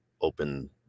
open